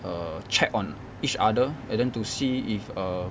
err check on each other and then to see if err